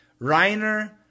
Reiner